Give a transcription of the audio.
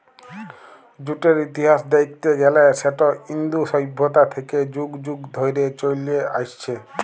জুটের ইতিহাস দ্যাইখতে গ্যালে সেট ইন্দু সইভ্যতা থ্যাইকে যুগ যুগ ধইরে চইলে আইসছে